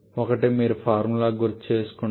ఒకటి మీరు ఫార్ములాను గుర్తుచేసుకుంటే